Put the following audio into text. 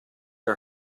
are